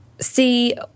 see